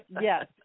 yes